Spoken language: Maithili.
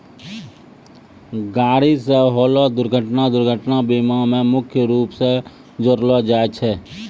गाड़ी से होलो दुर्घटना दुर्घटना बीमा मे मुख्य रूपो से जोड़लो जाय छै